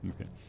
Okay